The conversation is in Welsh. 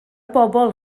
bobl